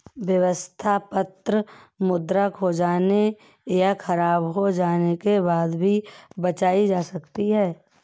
व्यवस्था पत्र मुद्रा खो जाने या ख़राब हो जाने के बाद भी बचाई जा सकती है